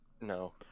No